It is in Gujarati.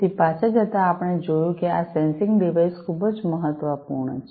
તેથી પાછા જતા આપણે જોયું કે આ સેન્સિંગ ડિવાઇસીસ ખૂબ જ મહત્વપૂર્ણ છે